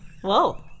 Whoa